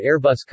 Airbus